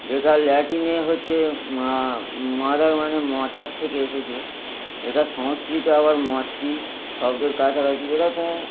যেটা ল্যাটিনে হচ্ছে মা মাদার মানে মতার থেকে এসেছে এটা সংস্কৃতে আবার মাতৃ শব্দের কাছাকাছি এরকম